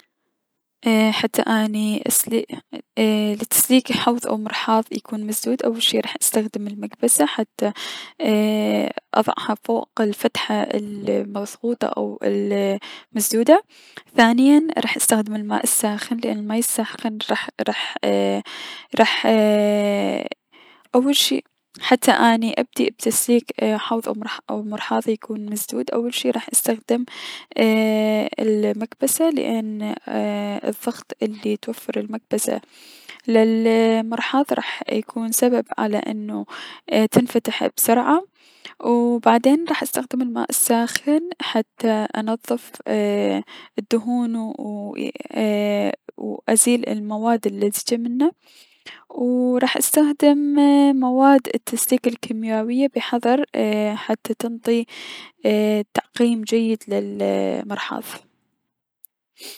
ايي راح اكدر اتأكد انو الأعمال الفنية جيدة او لا ايي- من خلال اتأكد من انو الالي رسمه هو قابل لل ايي- شي يكون واقعي و اني اكدر افتهم الأشياء الموجودة بيه و ايضا من خلال انو الصورة متكون وسخة و انوو انو تكون قايلة للنضر و ايضا تكون جذابة.